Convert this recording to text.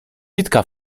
witka